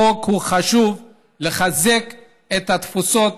החוק הוא חשוב, לחזק את התפוצות